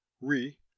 Re